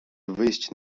wyjść